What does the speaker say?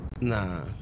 nah